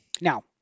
Now